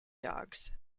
dogs